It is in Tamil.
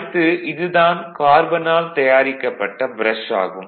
அடுத்து இது தான் கார்பனால் தயாரிக்கப்பட்ட ப்ரஷ் ஆகும்